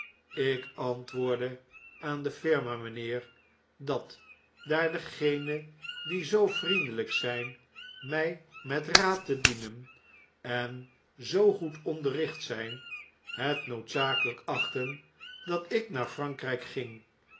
ik antwoordde aan de firma mynheer dat daar diegenen die zoo vriendeljjk zijn mij met raad te dienen en zoo goed onderricht zjjn het noodzakelyk achten dat ik naar frankr y k ging